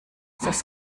das